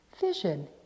vision